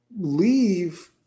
leave